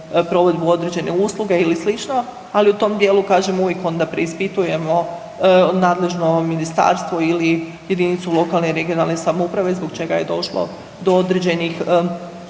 provedbu određene usluge ili slično, ali u tom dijelu kažem uvijek onda preispitujemo nadležno ministarstvo ili jedinicu lokalne i regionalne samouprave zbog čega je došlo do određenih